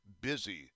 busy